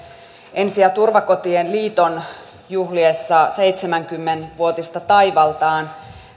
ensi ja turvakotien liiton juhliessa seitsemänkymmentä vuotista taivaltaan